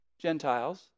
Gentiles